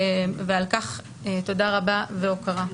ועל כך תודה רבה והוקרה.